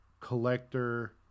Collector